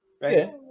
right